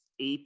AP